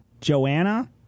Joanna